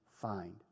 find